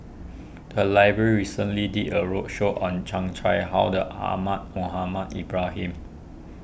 the library recently did a roadshow on Chan Chang How Ahmad Mohamed Ibrahim